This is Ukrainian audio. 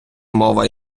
мова